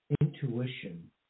Intuition